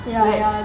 ya ya